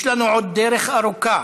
יש לנו עוד דרך ארוכה